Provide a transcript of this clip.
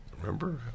Remember